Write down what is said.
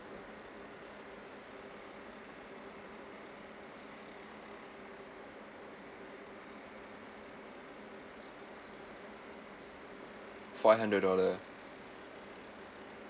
five hundred dollar